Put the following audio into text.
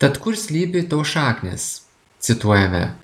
tad kur slypi to šaknys cituojame